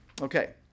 Okay